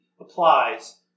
applies